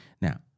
Now